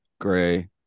Gray